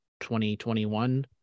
2021